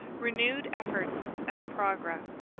renewed efforts and progress